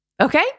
Okay